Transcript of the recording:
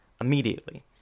immediately